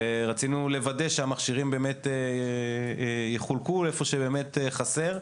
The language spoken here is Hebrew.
ורצינו לוודא שהמכשירים יחולקו איפה שבאמת חסר.